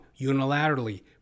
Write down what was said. unilaterally